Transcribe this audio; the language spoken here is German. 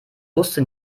wusste